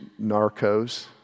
Narcos